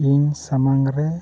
ᱤᱧ ᱥᱟᱢᱟᱝ ᱨᱮ